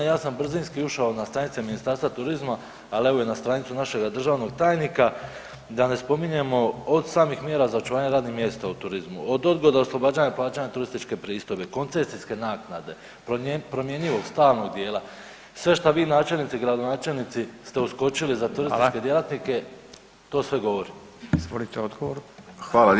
Ja sam brzinski ušao na stranice Ministarstva turizma, ali evo i na stranicu našega državnog tajnika, da ne spominjemo od samih mjera za očuvanje radnih mjesta u turizmu, od odgoda oslobađanja plaćanja turističke pristojbe, koncesijske naknade, promjenjivog stalnog dijela, sve što vi načelnici, gradonačelnici ste uskočili za turističke djelatnike, to sve govori.